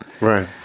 Right